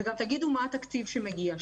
וגם תגידו מה התקציב שמגיע,